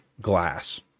glass